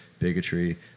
Bigotry